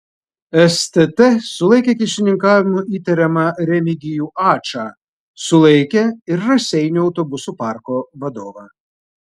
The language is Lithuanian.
stt sulaikė kyšininkavimu įtariamą remigijų ačą sulaikė ir raseinių autobusų parko vadovą